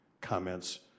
comments